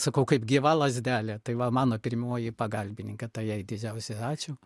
sakau kaip gyva lazdelė tai va mano pirmoji pagalbininkė tai jai didžiausią ačiū